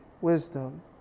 wisdom